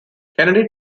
kennedy